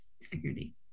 Integrity